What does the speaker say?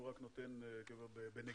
הוא רק נותן בנגיעה,